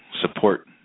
support